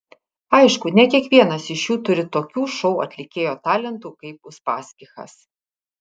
aišku ne kiekvienas iš jų turi tokių šou atlikėjo talentų kaip uspaskichas